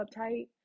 uptight